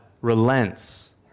relents